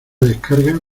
descarga